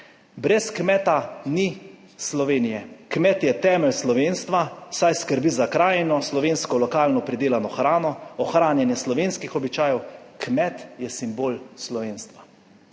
Brez kmeta ni Slovenije, kmet je temelj slovenstva, saj skrbi za krajino, slovensko lokalno pridelano hrano, ohranjanje slovenskih običajev, kmet je simbol slovenstva.